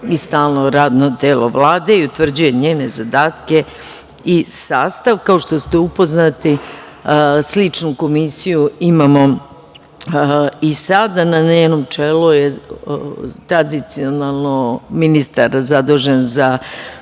i stalno radno telo Vlade i utvrđuje njene zadatke i sastav. Kao što ste upoznati sličnu Komisiju imamo i sada. Na njenom čelu je tradicionalno ministar zadužen za